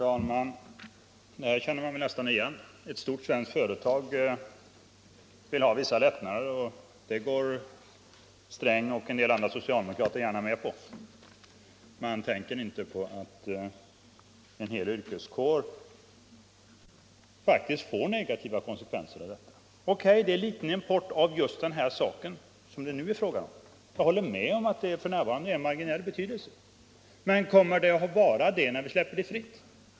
Herr talman! Det här känner man nästan igen. Ett stort svenskt företag vill ha vissa lättnader. Det går herr Sträng och en del andra socialdemokrater med på. Men man tänker inte på att detta faktiskt får negativa konsekvenser för en hel yrkeskår. Jag medger att det är en liten import av den råvara som det nu är fråga om. Jag håller med om att den importen har marginell betydelse. Men kommer den att ha det, om man släpper importen fri?